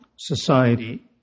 society